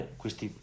questi